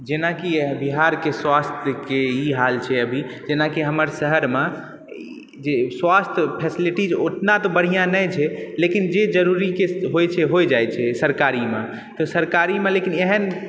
जेनाकि बिहारके स्वास्थ्यके ई हाल छै अभी जेनाकि हमर शहरमे जे स्वास्थ्य फैसिलिटी ओतना तऽ बढ़िआँ नहि छै लेकिन जे जरूरीके होइ छै होइ जाइ छै सरकारीमे तऽ सरकारीमे लेकिन एहन